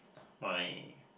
my